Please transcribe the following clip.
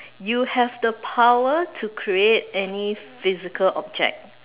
you have the power to create any physical object